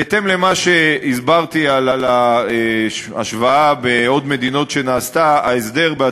בהתאם למה שהסברתי על ההשוואה שנעשתה בעוד מדינות,